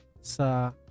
sa